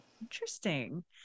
interesting